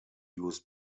used